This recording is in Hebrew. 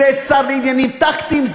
זה שר לעניינים טקטיים,